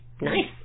Nice